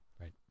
right